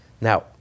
Now